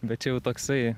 bet čia jau toksai